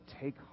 take